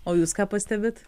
o jūs ką pastebit